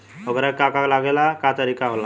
ओकरा के का का लागे ला का तरीका होला?